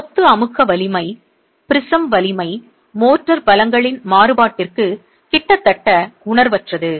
கொத்து அமுக்க வலிமை ப்ரிஸம் வலிமை மோர்டார் பலங்களின் மாறுபாட்டிற்கு கிட்டத்தட்ட உணர்வற்றது